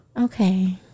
Okay